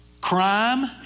crime